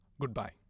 Goodbye